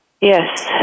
Yes